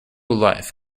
life